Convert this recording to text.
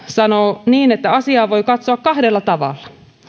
sanoo niin että asiaa voi katsoa kahdella tavalla